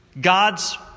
God's